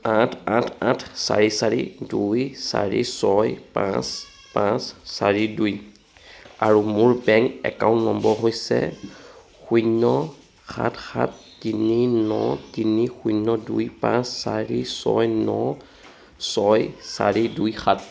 আঠ আঠ আঠ চাৰি চাৰি দুই চাৰি ছয় পাঁচ পাঁচ চাৰি দুই আৰু মোৰ বেংক একাউণ্ট নম্বৰ হৈছে শূন্য সাত সাত তিনি ন তিনি শূন্য দুই পাঁচ চাৰি ছয় ন ছয় চাৰি দুই সাত